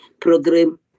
program